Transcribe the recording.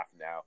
now